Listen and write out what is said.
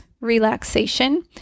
relaxation